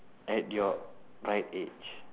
at your right age